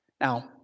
Now